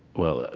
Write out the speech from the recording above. well,